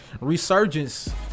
resurgence